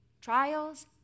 trials